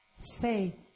Say